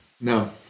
No